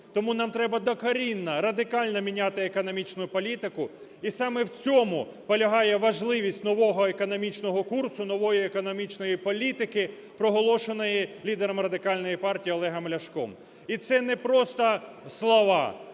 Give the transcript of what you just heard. Тому нам треба докорінно, радикально міняти економічну політику, і саме в цьому полягає важливість нового економічного курсу, нової економічної політик, проголошеної лідером Радикальної партії Олегом ляшком. І це не просто слова,